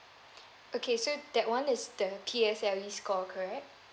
okay so that one is the P_S_L_E score correct